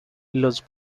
los